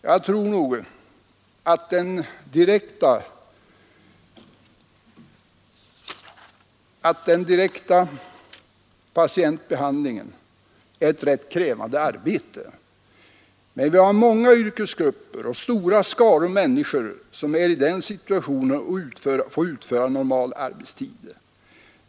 Jag tror nog att den direkta patientbehandlingen är ett rätt krävande arbete, men vi har många yrkesgrupper och stora skaror människor som är i den situationen och ändå får utföra normal arbetstid.